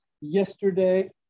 yesterday